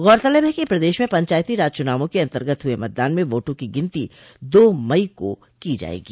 गौरतलब है कि प्रदेश में पंचायती राज चुनावों के अन्तर्गत हुए मतदान में वोटों की गिनती दो मई को की जायेगी